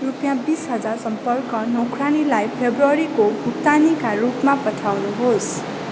रुपियाँ बिस हजार सम्पर्क नौकरनीलाई फब्रुअरीको भुक्तानीका रूपमा पठाउनुहोस्